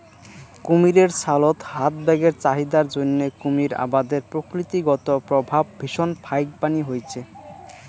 কুমীরের ছালত হাত ব্যাগের চাহিদার জইন্যে কুমীর আবাদের প্রকৃতিগত প্রভাব ভীষণ ফাইকবানী হইচে